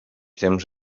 temps